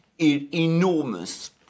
enormous